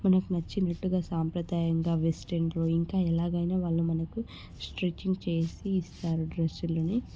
మనకు నచ్చినట్టుగా సాంప్రదాయంగా వెస్ట్రెన్లో ఇంకా ఎలాగైనా వాళ్ళు మనకు స్టిచ్చింగ్ చేసి ఇస్తారు డ్రెస్సులని